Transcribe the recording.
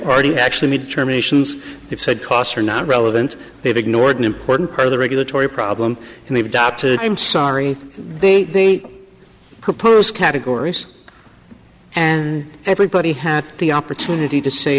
already actually made terminations they've said costs are not relevant they've ignored an important part of the regulatory problem and they've adopted i'm sorry they propose categories and everybody had the opportunity to say